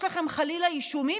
יש לכם חלילה אישומים,